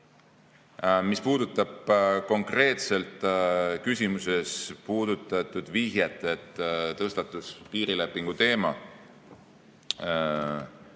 puudutab konkreetselt küsimuses olnud vihjet, et tõstatus piirilepingu teema,